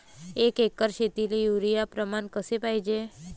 एक एकर शेतीले युरिया प्रमान कसे पाहिजे?